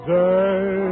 day